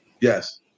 Yes